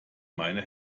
meine